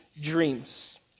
dreams